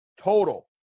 total